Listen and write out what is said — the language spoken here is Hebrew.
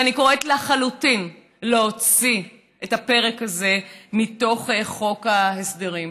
ואני קוראת לחלוטין להוציא את הפרק הזה מתוך חוק ההסדרים.